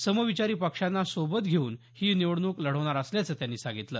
समविचारी पक्षांना सोबत घेऊन ही निवडणूक लढवणार असल्याचं त्यांनी सांगितलं